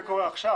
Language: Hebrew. זה קורה עכשיו.